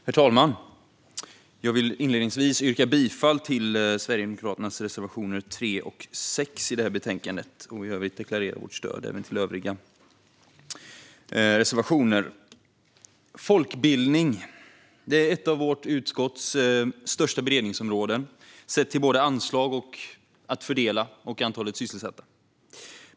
Herr talman! Jag vill inledningsvis yrka bifall till Sverigedemokraternas reservationer 3 och 6 i det här betänkandet. I övrigt vill jag deklarera vårt stöd även till våra övriga reservationer. Folkbildning är ett av vårt utskotts största beredningsområden sett till både anslag att fördela och antalet sysselsatta.